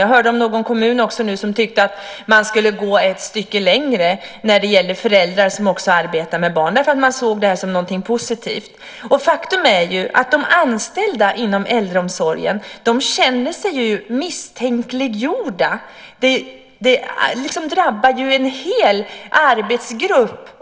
Jag hörde om någon kommun nu som tyckte att man skulle gå ett stycke längre när det gäller föräldrar som också arbetar med barn, därför att man såg det här som någonting positivt. Faktum är att de anställda inom äldreomsorgen ju känner sig misstänkliggjorda. Det drabbar en hel arbetsgrupp.